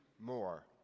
more